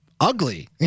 ugly